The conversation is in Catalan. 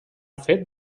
fet